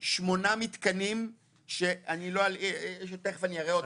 שמונה מתקנים שתכף אני אראה אותם פה.